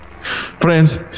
Friends